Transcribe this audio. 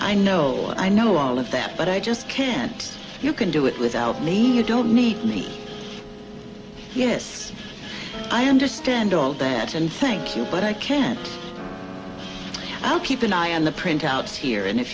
i know i know all of that but i just can't you can do it without a name you don't need me yes i understand all that and thank you but i can't i'll keep an eye on the printouts here and if